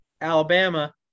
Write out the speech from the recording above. Alabama